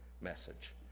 message